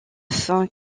fin